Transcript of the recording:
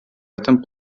этом